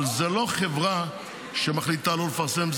אבל זאת לא חברה שמחליטה לא לפרסם,